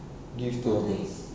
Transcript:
give to